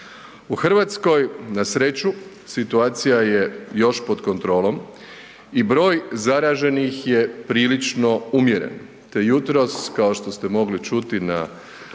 U Hrvatskoj na sreću situacija je još pod kontrolom i broj zaraženih je prilično umjeren te jutros kao što ste mogli čuti na